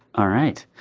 all right.